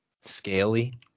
Scaly